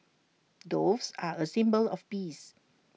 doves are A symbol of peace